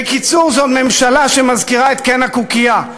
בקיצור, זו ממשלה שמזכירה את "קן הקוקייה".